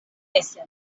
essen